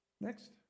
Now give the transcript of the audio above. Next